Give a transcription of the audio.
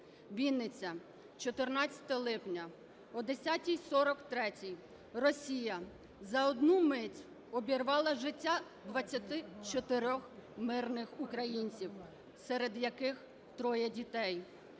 Вінниця, 14 липня, о 10:43 Росія за одну мить обірвала життя 24 мирних українців, серед яких троє дітей.